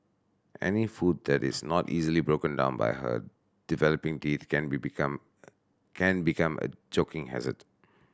any food that is not easily broken down by her developing teeth can be become can become a choking hazard